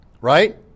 right